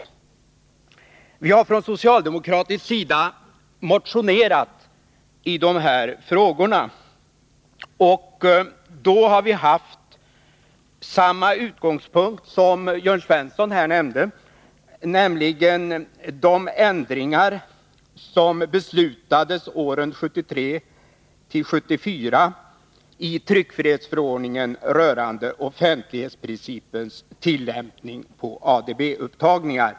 Vi har från socialdemokratisk sida motionerat i dessa frågor. Då har vi haft samma utgångspunkt som Jörn Svensson här nämnde, nämligen de ändringar som beslutades åren 1973-1974 i tryckfrihetsförordningen, rörande offentlighetsprincipens tillämpning på ADB-upptagningar.